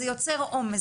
זה יוצר עומס,